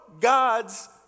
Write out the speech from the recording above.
God's